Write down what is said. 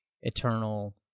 eternal